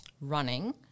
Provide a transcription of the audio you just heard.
Running